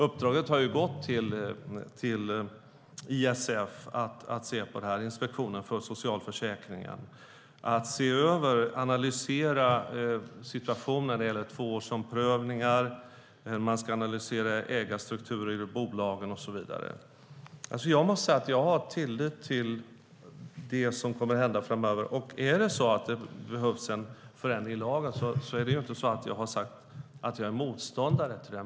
Uppdraget har gått till ISF, Inspektionen för socialförsäkringen, att se över detta och analysera situationen när det gäller tvåårsomprövningar. Man ska även analysera ägarstrukturer i bolagen och så vidare. Jag måste säga att jag har tillit till det som kommer att hända framöver. Om det behövs en ändring av lagen har jag inte sagt att jag är motståndare till det.